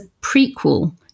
prequel